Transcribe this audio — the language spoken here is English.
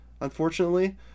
unfortunately